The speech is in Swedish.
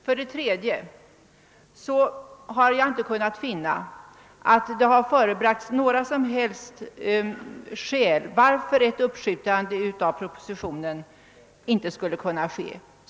För det tredje har jag inte kunnat finna att det förebragts några som helst skäl för att ett uppskjutande av propositionen inte skulle kunna ske.